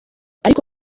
ariko